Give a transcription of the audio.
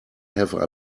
have